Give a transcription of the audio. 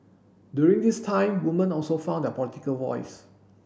during this time woman also found their political voice